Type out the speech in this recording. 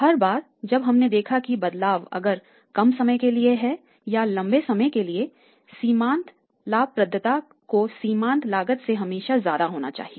हर बार जब हमने देखा कि बदलाव अगर कम समय के लिए है या लंबे समय के लिए सीमांत लाभप्रदता को सीमांत लागत से हमेशा ज्यादा होना चाहिए